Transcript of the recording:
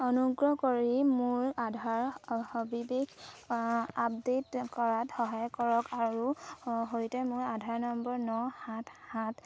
অনুগ্ৰহ কৰি মোৰ আধাৰৰ সবিশেষ আপডে'ট কৰাত সহায় কৰক আৰু সৈতে মোৰ আধাৰ নম্বৰ ন সাত সাত